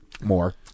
More